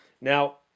Now